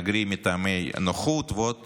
מהגרים מטעמי נוחות, ועוד